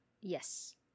Yes